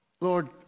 Lord